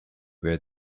where